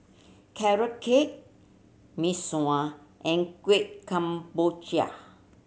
Carrot Cake Mee Sua and Kuih Kemboja